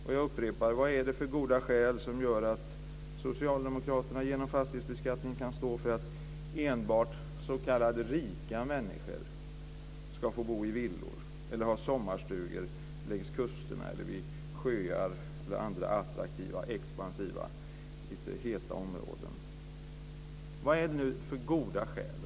Och jag upprepar: Vad är det för goda skäl som gör att socialdemokraterna genom fastighetsbeskattningen kan stå för att enbart s.k. rika människor ska få bo i villor eller ha sommarstugor längs kusterna, vid sjöar eller vid andra attraktiva, expansiva, lite heta områden? Vad är det för goda skäl?